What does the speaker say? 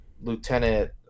Lieutenant